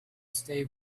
stay